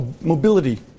mobility